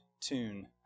tune